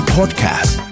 Podcast